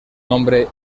nombre